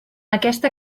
aquesta